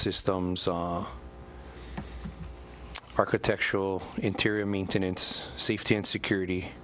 systems architectural interior maintenance safety and security